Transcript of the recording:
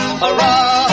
hurrah